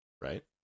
right